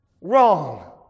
wrong